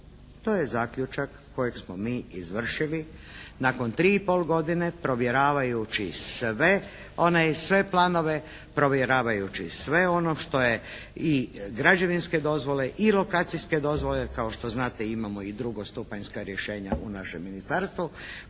To je zaključak kojeg smo mi izvršili nakon 3 i pol godine provjeravajući sve planove, provjeravajući sve ono što je i građevinske dozvole i lokacijske dozvole, kao što znate imamo i drugostupanjska rješenja u našem ministarstvu,